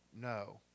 No